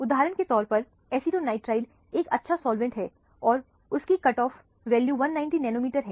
उदाहरण के तौर पर एसीटोनाइट्राइल एक अच्छा सॉल्वेंट है और उसकी कट ऑफ वैल्यू 190 नैनोमीटर है